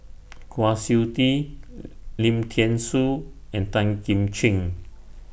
Kwa Siew Tee Lim Thean Soo and Tan Kim Ching